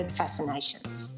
fascinations